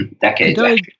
decades